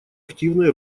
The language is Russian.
активной